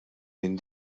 min